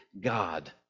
God